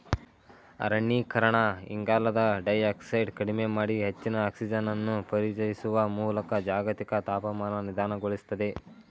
ಅರಣ್ಯೀಕರಣ ಇಂಗಾಲದ ಡೈಯಾಕ್ಸೈಡ್ ಕಡಿಮೆ ಮಾಡಿ ಹೆಚ್ಚಿನ ಆಕ್ಸಿಜನನ್ನು ಪರಿಚಯಿಸುವ ಮೂಲಕ ಜಾಗತಿಕ ತಾಪಮಾನ ನಿಧಾನಗೊಳಿಸ್ತದೆ